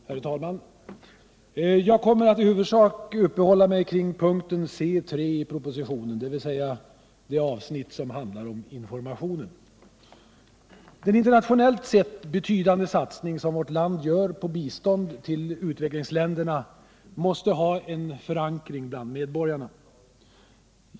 Herr talman! Jag kommer att i huvudsak uppehålla mig vid p. C 3 i propositionen, dvs. det avsnitt som handlar om informationen. Den internationellt sett betydande satsning som vårt land gör på bistånd till utvecklingsländerna måste ha en förankring bland medborgarna.